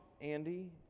Andy